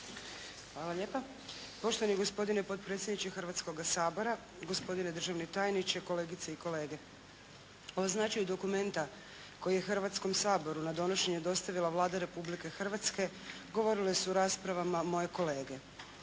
Hvala lijepa. Poštovani gospodine potpredsjedniče Hrvatskoga sabora, gospodine državni tajniče, kolegice i kolege! O značaju dokumenta koji je Hrvatskom saboru na donošenje dostavila Vlada Republike Hrvatske govorile su u raspravama moje kolege.